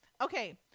okay